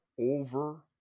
over